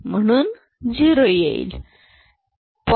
म्हणून 0 येईल 0